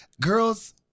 girls